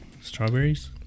Strawberries